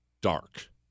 dark